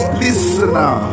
listener